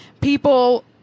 people